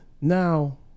Now